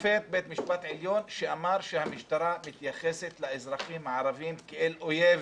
שופט בית משפט עליון שאמר שהמשטרה מתייחסת לאזרחים הערבים כאל אויב.